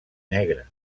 negra